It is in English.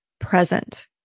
present